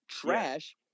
trash